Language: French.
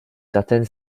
certaine